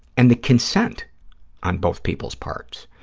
and the consent on both people's parts.